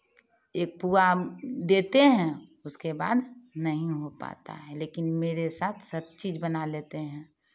ये पुआ देते हैं उसके बाद नहीं हो पाता है लेकिन मेरे साथ सब चीज़ बना लेते हैं